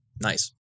Nice